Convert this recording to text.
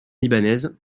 libanaise